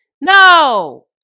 No